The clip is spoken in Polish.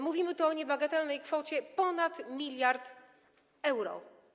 Mówimy tu o niebagatelnej kwocie ponad 1 mld euro.